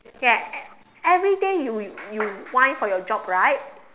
ya everyday you you whine for your job right